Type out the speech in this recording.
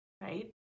Right